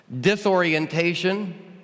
disorientation